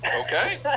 okay